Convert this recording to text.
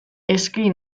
eski